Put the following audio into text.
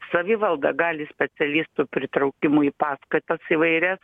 savivalda gali specialistų pritraukimui paskatas įvairias